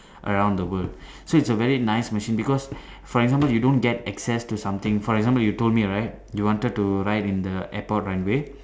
around the world so it's a very nice machine because for example you don't get access to something for example you told me right you wanted to ride in the airport runway